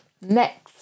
Next